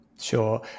Sure